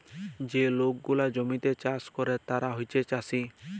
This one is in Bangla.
যে লক গুলা জমিতে চাষ ক্যরে তারা হছে চাষী